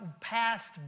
passed